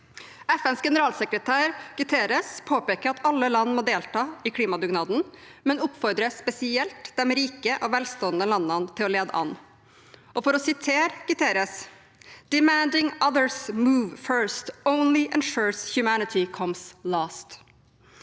FNs generalsekretær, Guterres, påpeker at alle land må delta i klimadugnaden, men oppfordrer spesielt de rike og velstående landene til å lede an. For å sitere Guterres: «Demanding others move first only ensures humanity comes last.»